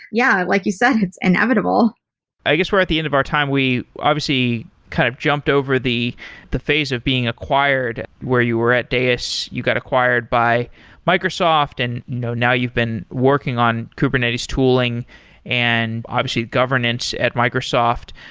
yeah like you said, it is inevitable i guess we're at the end of our time. we obviously kind of jumped over the the phase of being acquired where you were at, deis you got acquired by microsoft and you know now you've been working on kubernetes tooling and obviously governance at microsoft.